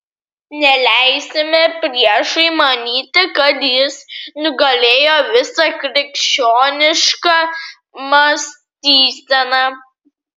neleisime priešui manyti kad jis nugalėjo visą krikščionišką mąstyseną